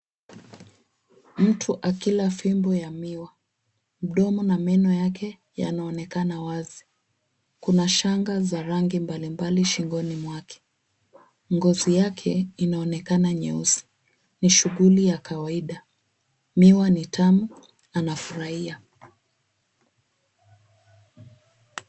Mtu akila fimbo ya miwa. Mdomo na meno yake yanaonekana wazi. Kuna shanga za rangi mbalimbali shingoni mwake. Ngozi yake inaonekana nyeusi. Ni shuguli ya kawaida, miwa ni tamu, anafurahia.